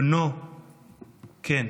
ובנו כן.